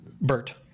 Bert